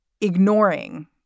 ignoring